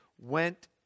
went